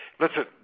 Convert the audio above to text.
listen